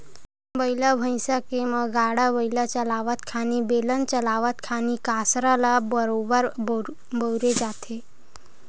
बइला भइसा के म गाड़ा बइला चलावत खानी, बेलन चलावत खानी कांसरा ल बरोबर बउरे जाथे